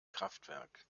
kraftwerk